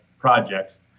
projects